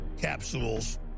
capsules